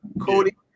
Cody